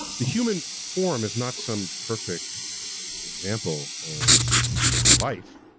the human form is not some perfect example of life,